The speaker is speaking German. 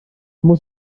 muss